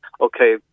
okay